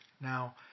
now